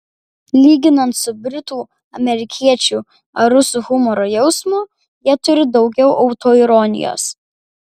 lyginant su britų amerikiečių ar rusų humoro jausmu jie turi daugiau autoironijos